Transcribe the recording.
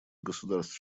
государств